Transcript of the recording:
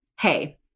hey